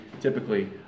typically